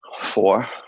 four